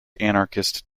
anarchist